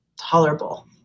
tolerable